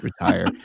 retire